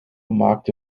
maakte